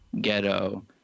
ghetto